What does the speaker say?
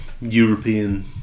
European